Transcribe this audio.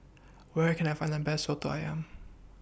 Where Can I Find The Best Soto Ayam